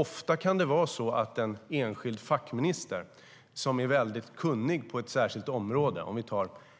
Ofta kan en enskild fackminister, som är väldigt kunnig på ett särskilt område, vara rätt